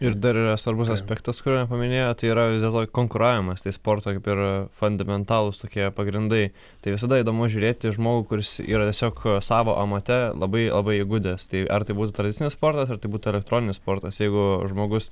ir dar yra svarbus aspektas kurio nepaminėjot tai yra vis dėlto konkuravimas tai sporto kaip ir fundamentalūs tokie pagrindai tai visada įdomu žiūrėt į žmogų kuris yra tiesiog savo amate labai labai įgudęs tai ar tai būtų tradicinis sportas ar tai būtų elektroninis sportas jeigu žmogus